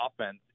offense